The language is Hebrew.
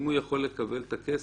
אם הוא יכול לקבל את הכסף,